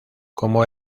como